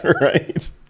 Right